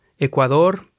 Ecuador